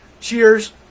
Cheers